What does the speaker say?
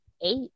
eight